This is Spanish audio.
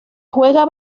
juega